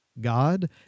God